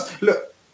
Look